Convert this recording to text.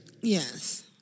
Yes